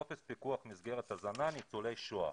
טופס פיקוח מסגרת הזנה, ניצולי שואה.